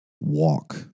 Walk